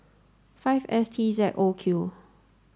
five S T Z O Q